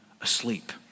asleep